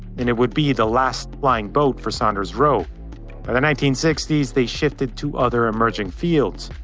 and it would be the last flying boat for saunders-roe. by the nineteen sixty s they shifted to other emerging fields.